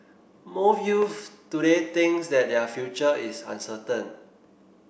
most youths today thinks that their future is uncertain